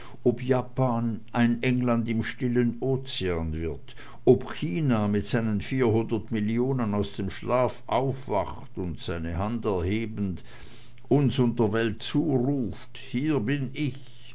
ob japan ein england im stillen ozean wird ob china mit seinen vierhundert millionen aus dem schlaf aufwacht und seine hand erhebend uns und der welt zuruft hier bin ich